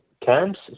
camps